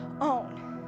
own